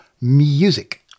music